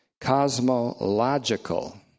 Cosmological